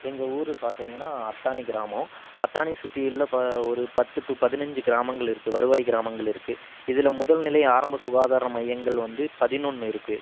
எங்கள் ஊர் பார்த்திங்கன்னா அத்தாணி கிராமம் அத்தாணியை சுற்றியுள்ள ப ஒரு பத்து டூ பதினஞ்சு கிராமங்கள் இருக்குது வருவாய் கிராமங்கள் இருக்குது இதில் முதல்நிலை ஆரம்ப சுகாதார மையங்கள் வந்து பதினொன்று இருக்குது